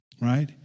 right